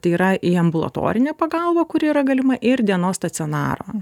tai yra į ambulatorinę pagalbą kuri yra galima ir dienos stacionarą